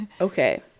okay